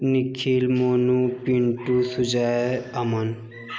Nikhil Monu Pintu Sujay Aman